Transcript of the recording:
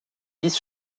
vice